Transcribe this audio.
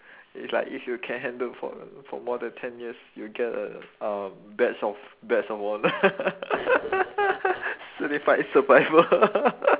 it's like if you can handle for for more than ten years you get a um badge of badge of honour certified survival